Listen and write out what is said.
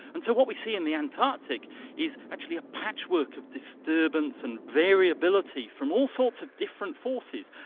and so what we see in the antarctic is actually a patchwork of disturbance and variability from all sorts of different forces.